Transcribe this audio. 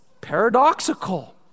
paradoxical